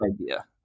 idea